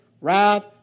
wrath